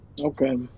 Okay